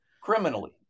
criminally